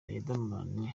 riderman